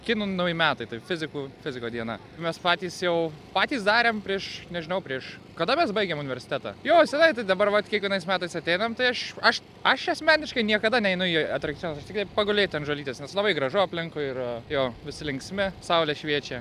kinų nauji metai taip fizikų fiziko diena mes patys jau patys darėm prieš nežinau prieš kada mes baigėm universitetą jo senai tai dabar vat kiekvienais metais ateinam tai aš aš aš asmeniškai niekada neinu į atrakcionus aš tiktai pagulėt ant žolytės nes labai gražu aplinkui ir jo visi linksmi saulė šviečia